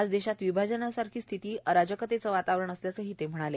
आज देशात विभाजनासारखी स्थिती आराजकतेचे वातावरण असल्याचे ते म्हणाले